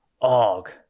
Og